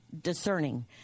discerning